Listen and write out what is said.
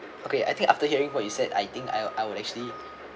okay I think after hearing what you said I think I I would actually